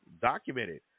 documented